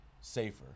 safer